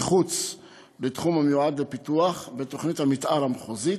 מחוץ לתחום המיועד לפיתוח בתוכנית המתאר המחוזית,